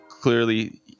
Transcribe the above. clearly